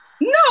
No